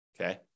Okay